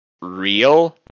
real